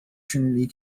trinity